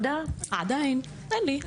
אין לי.